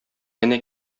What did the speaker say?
әнә